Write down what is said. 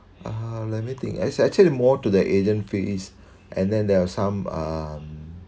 uh let me think actually more to the agent fees and then there are some uh